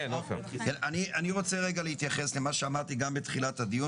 אני רוצה להתייחס למה שאמרתי בתחילת הדיון